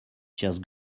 just